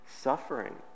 suffering